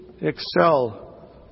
excel